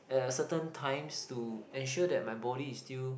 at a certain times to ensure that my body is still